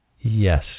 Yes